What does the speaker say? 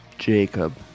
Jacob